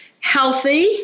healthy